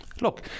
Look